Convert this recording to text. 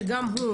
שגם הוא